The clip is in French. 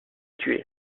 tué